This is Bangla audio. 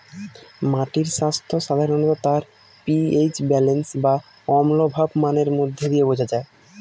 মাটির স্বাস্থ্য সাধারনত তার পি.এইচ ব্যালেন্স বা অম্লভাব মানের মধ্যে দিয়ে বোঝা যায়